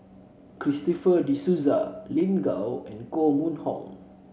Christopher De Souza Lin Gao and Koh Mun Hong